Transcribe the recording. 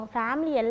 family